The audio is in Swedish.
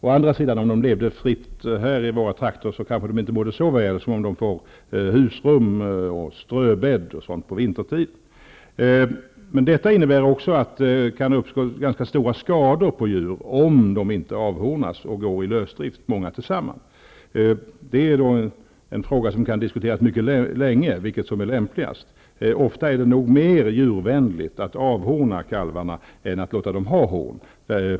Å andra sidan: om de levde fritt här i våra trakter, skulle de kanske inte må så väl som när de får husrum, ströbädd och sådant vintertid. Med många djur tillsammans i lösdrift kan det uppstå ganska stora skador på djuren, om de inte avhornas. Vilket som är lämpligast är en fråga som kan diskuteras mycket länge. Ofta är det nog med tanke på vad som händer när djuren blir äldre mer djurvänligt att avhorna kalvarna än att låta dem ha horn.